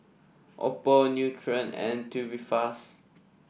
Oppo Nutren and Tubifast